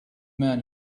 man